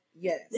Yes